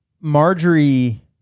Marjorie